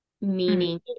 meaning